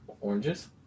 Oranges